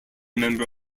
member